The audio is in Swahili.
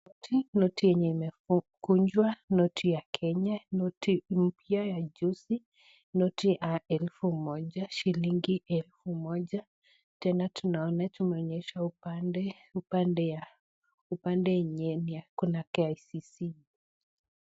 Noti, noti yenye imekaa kukunjwa. Noti ya Kenya. Noti mpya ya juzi. Noti au elfu moja. Shilingi elfu moja. Tena tumeonyeshwa pande upande yenye ni ya kuna KICC.